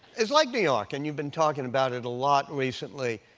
it's like new york, and you've been talking about it a lot recently.